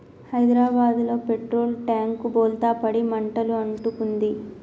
హైదరాబాదులో petrol tank బోల్తా పడి మంటలు అంటుకుంది